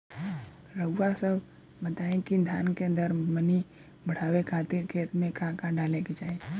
रउआ सभ बताई कि धान के दर मनी बड़ावे खातिर खेत में का का डाले के चाही?